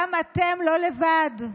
גם אתם לא לבד.